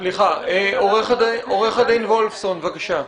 עורך הדין וולפסון, בבקשה.